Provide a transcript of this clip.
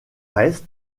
reste